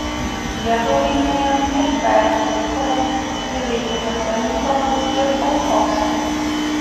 jiedu laimėjo ir dvejetų dvikovą įveikę kafelnikovą ir olchovskį